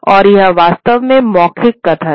और यह वास्तव में मौखिक कथन है